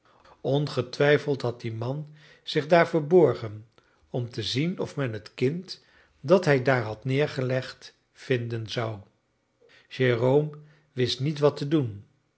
ongetwijfeld had die man zich daar verborgen om te zien of men het kind dat hij daar had neergelegd vinden zou jérôme wist niet wat te doen